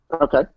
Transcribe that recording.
Okay